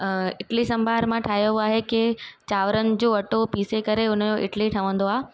इडली संभार मां ठाहियो आहे की चांवरनि जो अटो पीसे करे हुनजो इडली ठहंदो आहे